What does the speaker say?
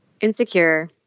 Insecure